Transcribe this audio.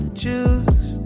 choose